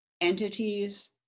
entities